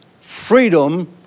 Freedom